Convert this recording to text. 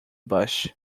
bush